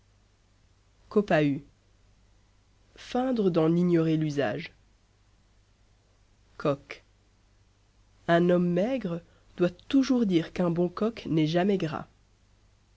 copahu feindre d'en ignorer l'usage coq un homme maigre doit toujours dire qu'un bon coq n'est jamais gras